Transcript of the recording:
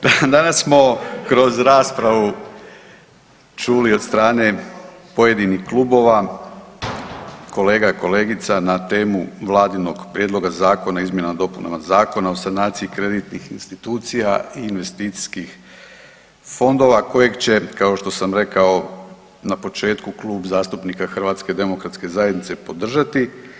Danas smo kroz raspravu čuli od strane pojedinih klubova, kolega i kolegica na temu Vladinog prijedloga zakona o izmjenama i dopunama Zakona o sanaciji kreditnih institucija i investicijskih fondova kojeg će kao što sam rekao na početku Klub zastupnika Hrvatske demokratske zajednice podržati.